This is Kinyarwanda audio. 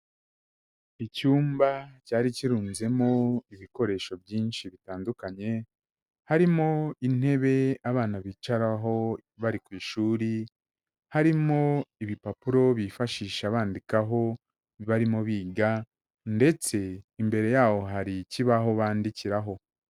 Icyumba cyari kirunzemo ibikoresho byinshi bitandukanye: harimo intebe abana bicaraho bari ku ishuri, harimo ibipapuro bifashisha bandikaho barimo biga, ndetse imbere y'aho hari ikibaho bandikiraho.